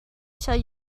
tell